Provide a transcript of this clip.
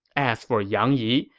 as for yang yi,